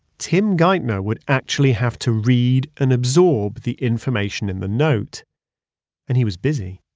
tim geithner would actually have to read and absorb the information in the note and he was busy,